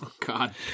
God